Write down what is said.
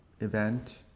event